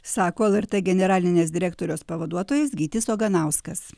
sako lrt generalinės direktorės pavaduotojas gytis oganauskas